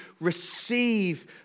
receive